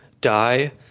die